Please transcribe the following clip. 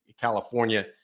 California